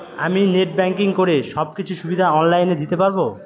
আমি net banking করে সব কিছু সুবিধা অন লাইন দিতে পারবো?